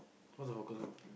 cause of the close book